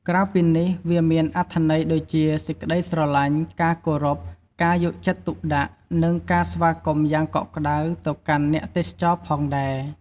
ក្រៅពីនេះវាមានអត្ថន័យដូចជា សេចក្តីស្រលាញ់ ការគោរព ការយកចិត្តទុកដាក់ និងការស្វាគមន៍យ៉ាងកក់ក្តៅទៅកាន់អ្នកទេសចរផងដែរ។